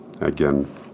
again